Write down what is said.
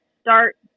start